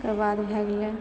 एकरबाद भए गया